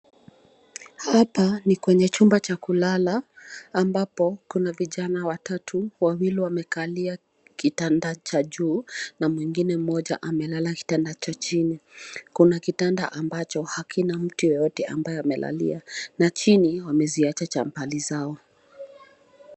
Hapa ni kwenye chumba cha kulala, ambapo kuna vijana watatu, wawili wamekalia kitanda cha juu, na mwingine mmoja amelala kitanda cha chini. kuna kitanda ambacho hakina mtu yeyote ambaye amelalia, lakini wameziacha champali zao.